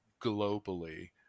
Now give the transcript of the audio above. globally